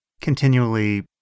continually